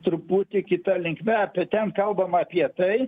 truputį kita linkme apie ten kalbama apie tai